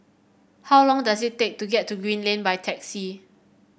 how long does it take to get to Green Lane by taxi